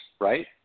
right